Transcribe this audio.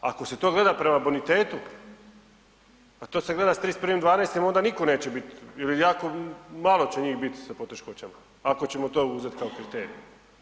Ako se to gleda prema bonitetu, pa to se gleda 31.12. onda nitko neće biti ili jako malo će njih biti sa poteškoćama ako ćemo to uzeti kao kriterij.